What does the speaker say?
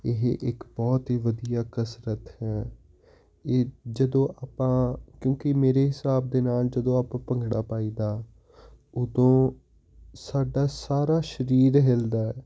ਇਹ ਇੱਕ ਬਹੁਤ ਹੀ ਵਧੀਆ ਕਸਰਤ ਹੈ ਇਹ ਜਦੋਂ ਆਪਾਂ ਕਿਉਂਕਿ ਮੇਰੇ ਹਿਸਾਬ ਦੇ ਨਾਲ ਜਦੋਂ ਆਪਾਂ ਭੰਗੜਾ ਪਾਈ ਦਾ ਉਦੋਂ ਸਾਡਾ ਸਾਰਾ ਸਰੀਰ ਹਿਲਦਾ ਹੈ